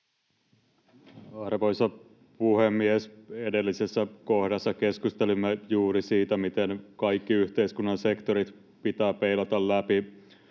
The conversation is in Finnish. Arvoisa puhemies! Edellisessä kohdassa keskustelimme juuri siitä, miten kaikki yhteiskunnan sektorit pitää peilata läpi